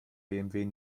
bmw